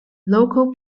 local